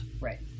Right